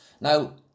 Now